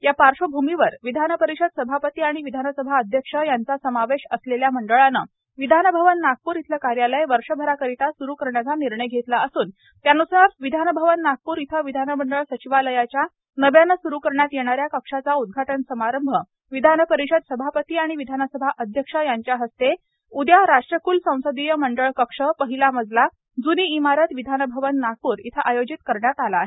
या पार्श्वभूमीवर विधानपरिषद सभापती आणि विधानसभा अध्यक्ष यांचा समावेश असलेल्या मंडळाने विधानभवन नागपूर येथील कार्यालय वर्षभराकरिता सुरू करण्याचा निर्णय घेतला असून त्यान्सार विधानभवन नागपूर येथे विधानमंडळ सचिवालयाच्या नव्याने स्रू करण्यात येणाऱ्या कक्षाचा उद्घाटन समारंभ विधानपरिषद सभापती आणि विधानसभा अध्यक्ष यांच्या हस्ते उद्या राष्ट्रक्ल संसदीय मंडळ कक्ष पहिला मजला जूनी इमारत विधानभवन नागपूर येथे आयोजित करण्यात आला आहे